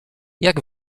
jak